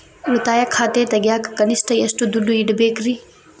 ಉಳಿತಾಯ ಖಾತೆ ತೆಗಿಯಾಕ ಕನಿಷ್ಟ ಎಷ್ಟು ದುಡ್ಡು ಇಡಬೇಕ್ರಿ?